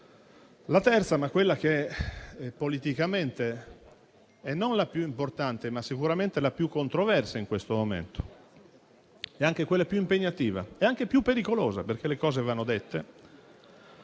La terza, quella che politicamente è non la più importante, ma sicuramente la più controversa in questo momento e anche quella più impegnativa e pericolosa, perché le cose vanno dette,